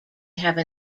have